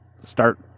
start